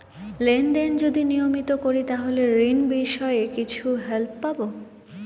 Lane দেন যদি নিয়মিত করি তাহলে ঋণ বিষয়ে কিছু হেল্প পাবো?